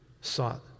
sought